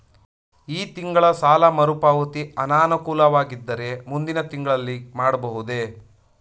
ಈ ತಿಂಗಳು ಸಾಲ ಮರುಪಾವತಿ ಅನಾನುಕೂಲವಾಗಿದ್ದರೆ ಮುಂದಿನ ತಿಂಗಳಲ್ಲಿ ಮಾಡಬಹುದೇ?